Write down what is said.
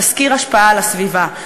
תסקיר השפעה על הסביבה.